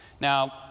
Now